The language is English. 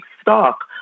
stock